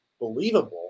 believable